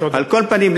על כל פנים,